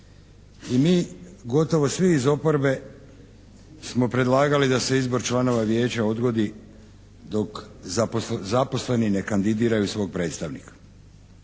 i mi gotovo svi iz oporbe smo predlagali da se izbor članova Vijeća odgodi dok zaposleni ne kandidiraju svog predstavnika